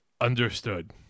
Understood